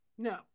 No